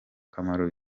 kamaro